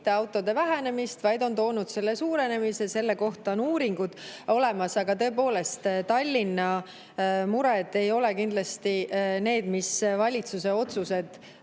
mitte autode vähenemist, vaid on toonud selle suurenemise. Selle kohta on uuringud olemas. Aga tõepoolest, Tallinna mured ei ole kindlasti need, mis valitsuse otsused